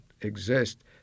exist